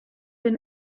been